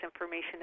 information